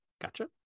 gotcha